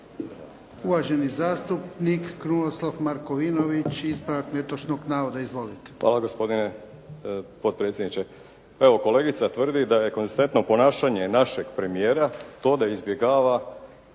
Uvaženi zastupnik Krunoslav Markovinović, ispravak netočno navoda. Izvolite. **Markovinović, Krunoslav (HDZ)** Hvala gospodine potpredsjedniče. Evo kolegica tvrdi da je konzistentno ponašanje našeg premijera to da izbjegava